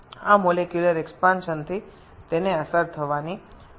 এটি এই আণবিক বিস্তারের দ্বারা প্রভাবিত হচ্ছে না